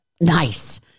Nice